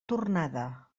tornada